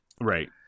Right